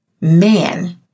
man